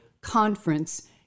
conference